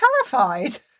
terrified